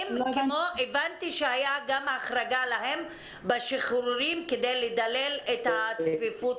הבנתי שהייתה החרגה להם בשחרורים כדי לדלל את הצפיפות